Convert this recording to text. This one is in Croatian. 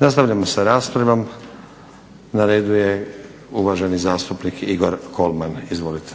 Nastavljamo sa raspravom. Na redu je uvaženi zastupnik Igor Kolman. Izvolite.